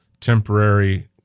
temporary